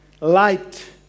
light